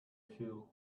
feel